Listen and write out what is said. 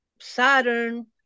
Saturn